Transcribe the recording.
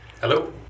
Hello